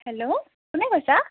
hello কোনে কৈছা